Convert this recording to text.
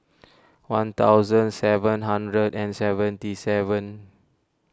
one thousand seven hundred and seventy seven